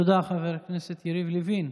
תודה, חבר הכנסת יריב לוין.